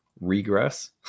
regress